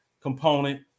component